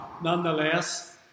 nonetheless